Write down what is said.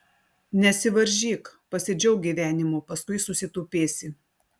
nesivaržyk pasidžiauk gyvenimu paskui susitupėsi